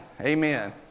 Amen